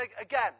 again